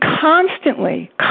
constantly